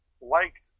liked